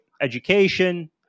education